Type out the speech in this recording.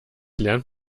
lernt